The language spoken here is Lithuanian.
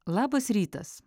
labas rytas